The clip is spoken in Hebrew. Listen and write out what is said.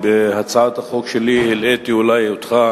בהצעת החוק שלי היום אני אולי הלאיתי אותך